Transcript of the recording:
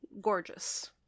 gorgeous